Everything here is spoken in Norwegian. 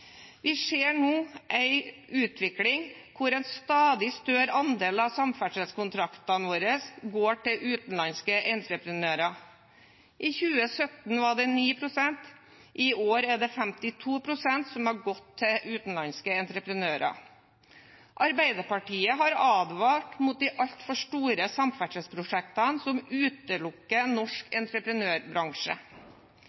Vi ser nå en utvikling hvor en stadig større andel av samferdselskontraktene våre går til utenlandske entreprenører. I 2017 var det 9 pst., og i år er det 52 pst. som har gått til utenlandske entreprenører. Arbeiderpartiet har advart mot de altfor store samferdselsprosjektene som utelukker norsk